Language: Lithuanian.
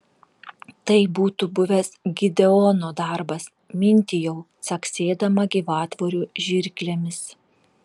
tai būtų buvęs gideono darbas mintijau caksėdama gyvatvorių žirklėmis